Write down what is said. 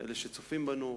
אלה שצופים בנו,